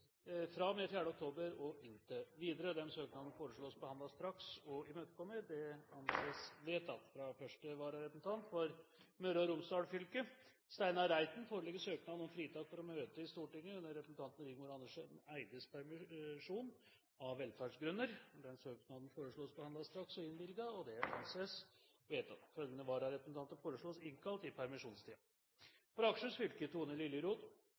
med 4. oktober og inntil videre. Denne søknaden foreslås behandlet straks og innvilges. – Det anses vedtatt. Fra første vararepresentant for Møre og Romsdal fylke, Steinar Reiten, foreligger søknad om fritak for å møte i Stortinget under representanten Rigmor Andersen Eides permisjon, av velferdsgrunner. Denne søknaden foreslås behandlet straks og innvilges. – Det anses vedtatt. Følgende vararepresentanter foreslås innkalt i permisjonstiden: For Akershus fylke: Tone